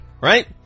Right